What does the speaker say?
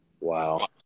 Wow